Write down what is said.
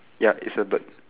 ya it's a bird